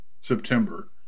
September